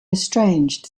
estranged